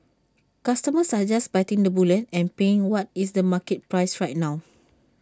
customers are just biting the bullet and paying what is the market price right now